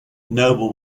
noble